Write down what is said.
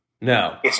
No